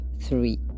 three